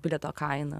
bilieto kaina